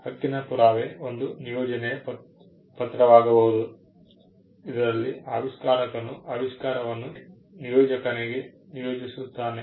ಆದ್ದರಿಂದ ಹಕ್ಕಿನ ಪುರಾವೆ ಒಂದು ನಿಯೋಜನೆಯ ಪತ್ರವಾಗಬಹುದು ಇದರಲ್ಲಿ ಆವಿಷ್ಕಾರಕನು ಆವಿಷ್ಕಾರವನ್ನು ನಿಯೋಜಕನಿಗೆ ನಿಯೋಜಿಸುತ್ತಾನೆ